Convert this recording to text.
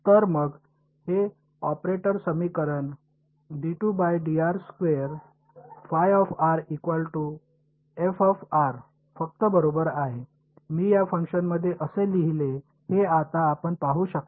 तर मग हे ऑपरेटर समीकरण फक्त बरोबर आहे मी हे या फॅशनमध्ये का लिहिले हे आता आपण पाहू शकता